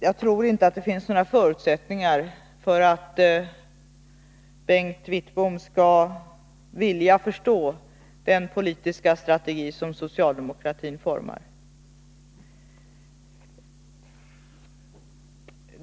Jag tror inte att det finns några förutsättningar för att Bengt Wittbom skulle vilja förstå den politiska strategi som socialdemokratin formar.